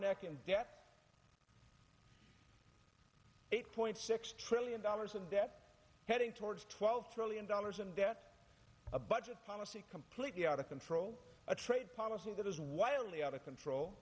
neck in debt eight point six trillion dollars of debt heading towards twelve trillion dollars in debt a budget policy completely out of control a trade policy that is wildly out of control